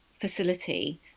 facility